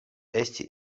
esti